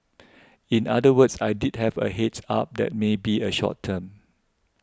in other words I did have a heads up that may be a short term